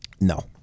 No